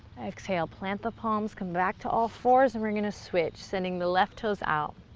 exhale, plant the palms, come back to all fours and we're going to switch, sending the left toes out.